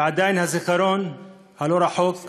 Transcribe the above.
ועדיין הזיכרון הלא-רחוק ישנו.